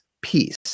peace